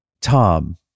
tom